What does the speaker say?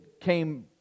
came